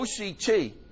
OCT